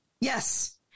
Yes